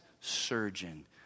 surgeon